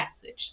passage